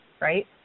right